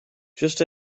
just